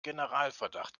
generalverdacht